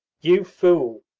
you fool!